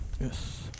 yes